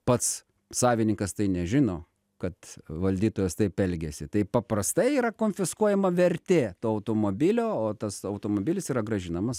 pats savininkas tai nežino kad valdytojas taip elgiasi taip paprastai yra konfiskuojama vertė to automobilio o tas automobilis yra grąžinamas